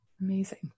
Amazing